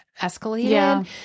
escalated